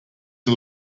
are